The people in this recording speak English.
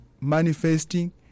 manifesting